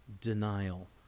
denial